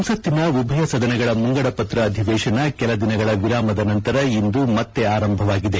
ಸಂಸತ್ತಿನ ಉಭಯ ಸದನಗಳ ಮುಂಗದ ಪತ ಅಧಿವೇಶನ ಕೆಲ ದಿನಗಳ ವಿರಾಮದ ನಂತರ ಇಂದು ಮತ್ತೆ ಆರಂಭವಾಗಿದೆ